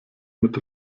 mit